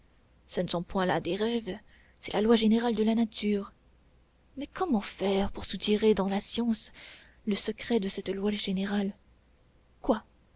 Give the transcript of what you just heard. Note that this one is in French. ce ne sont point là des rêves c'est la loi générale de la nature mais comment faire pour soutirer dans la science le secret de cette loi générale quoi